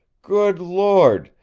good lord,